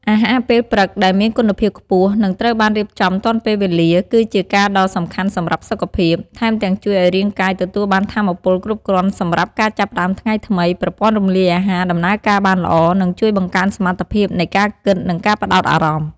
អាហារពេលព្រឹកដែលមាន គុណភាពខ្ពស់ និងត្រូវបានរៀបចំទាន់ពេលវេលា គឺជាការដ៏សំខាន់សម្រាប់សុខភាព ថែមទាំងជួយឲ្យរាងកាយទទួលបានថាមពលគ្រប់គ្រាន់សម្រាប់ការចាប់ផ្ដើមថ្ងៃថ្មី ប្រព័ន្ធរំលាយអាហារដំណើរការបានល្អ និងជួយបង្កើនសមត្ថភាពនៃការគិត និងការផ្ដោតអារម្មណ៍។